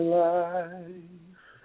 life